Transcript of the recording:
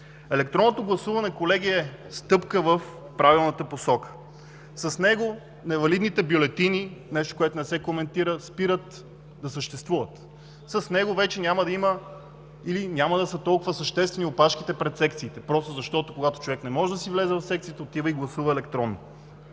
електронното гласуване е стъпка в правилната посока. С него невалидните бюлетини – нещо, което не се коментира, спират да съществуват. С него вече няма да има или няма да са толкова съществени опашките пред секциите. Когато човек не може да влезе в секцията си, отива и гласува електронно.